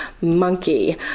monkey